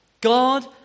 God